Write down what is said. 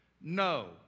No